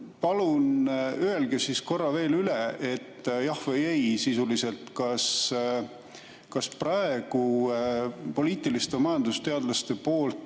Palun öelge korra veel üle, jah või ei sisuliselt, kas praegu poliitiliste majandusteadlaste